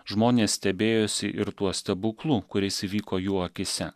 žmonės stebėjosi ir tuo stebuklu kuris įvyko jų akyse